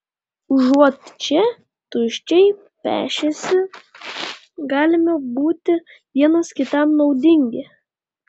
užuot čia tuščiai pešęsi galime būti vienas kitam naudingi